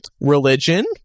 Religion